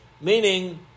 Meaning